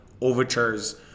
overtures